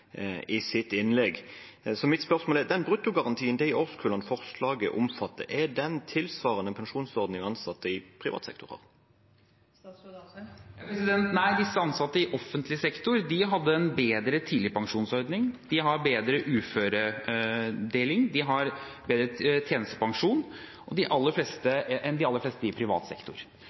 i sitt innlegg. Mitt spørsmål er: Er den bruttogarantien for de årskullene forslaget omfatter, tilsvarende pensjonsordningen ansatte i privat sektor har? Nei, visse ansatte i offentlig sektor hadde en bedre tidligpensjonsordning. De har bedre uføredeling, og de har bedre tjenestepensjon enn de aller fleste i privat sektor.